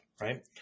right